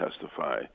testify